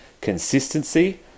consistency